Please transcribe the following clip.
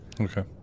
Okay